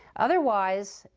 otherwise,